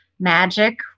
magic